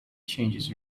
changes